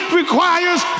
requires